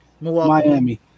Miami